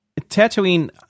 Tatooine